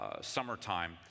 Summertime